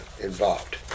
involved